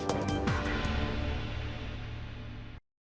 Дякую.